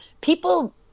people